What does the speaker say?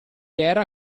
era